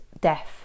death